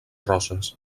roses